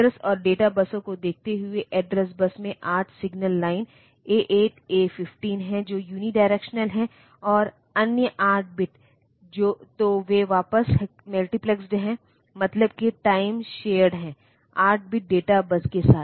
address और data बसों को देखते हुए एड्रेस बस में 8 सिग्नल लाइनें A8 A15 हैं जो यूनिडायरेक्शनल हैं और अन्य 8 बिट तो वे वापस मल्टिप्लैक्सेड हैं मतलब की टाइम शेयर्ड है आठ बिट डेटा बस के साथ